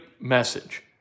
message